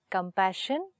Compassion